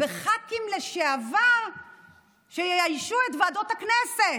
בח"כים לשעבר שיאיישו ועדת כנסת.